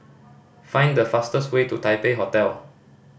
find the fastest way to Taipei Hotel